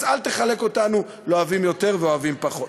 אז אל תחלק אותנו לאוהבים יותר ואוהבים פחות.